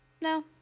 No